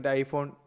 iPhone